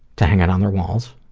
to hang it on their walls